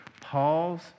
Paul's